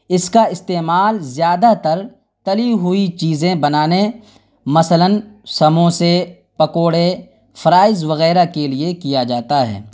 اس کا استعمال زیادہ تر تلی ہوئی چیزیں بنانے مثلاً سموسے پکوڑے فرائز وغیرہ کے لیے کیا جاتا ہے